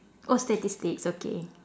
oh statistics okay